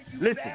Listen